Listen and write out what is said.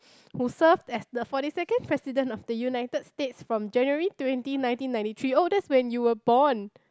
who served as the forty second president of the United States from January twenty nineteen ninety three oh that's when you were born